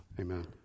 Amen